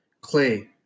Clay